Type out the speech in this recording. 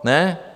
Ne?